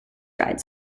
dried